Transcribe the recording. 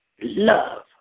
Love